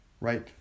right